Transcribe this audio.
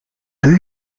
peux